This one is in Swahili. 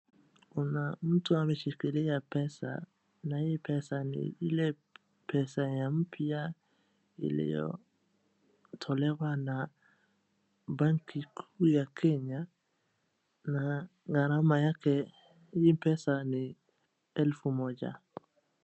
Kuna mtu ameshikilia pesa, na hii pesa ni ile pesa ya mpya iliyotolewa na banki kuu ya Kenya, na thamana yake hii pesa ni elfu moja.